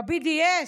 ב-BDS.